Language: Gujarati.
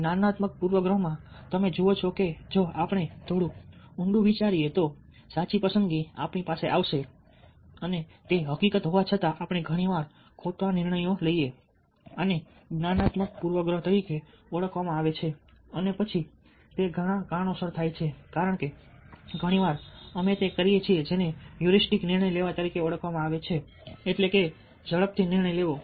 જ્ઞાનાત્મક પૂર્વગ્રહ માં તમે જુઓ છો કે જો આપણે થોડું ઊંડું વિચારીએ તો સાચી પસંદગી આપણી પાસે આવશે તે હકીકત હોવા છતાં આપણે ઘણીવાર ખોટો નિર્ણય લઈએ છીએ આને જ્ઞાનાત્મક પૂર્વગ્રહ તરીકે ઓળખવામાં આવે છે અને પછી તે ઘણા કારણોસર થાય છે કારણ કે ઘણી વાર અમે તે કરીએ છીએ જેને હ્યુરિસ્ટિક નિર્ણય લેવા તરીકે ઓળખવામાં આવે છે એટલે કે ઝડપી નિર્ણય લેવો